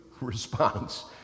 response